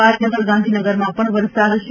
પાટનગર ગાંધીનગરમાં પણ વરસાદ છે